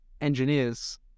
engineers